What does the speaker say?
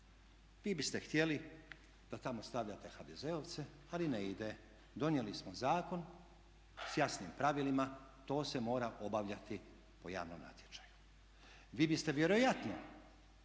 Vi biste htjeli da tamo stavljate HDZ-ovce ali ne ide. Donijeli smo zakon s jasnim pravilima, to se mora obavljati po javnom natječaju. Vi biste vjerojatno